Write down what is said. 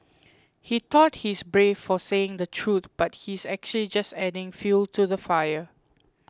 he thought he's brave for saying the truth but he's actually just adding fuel to the fire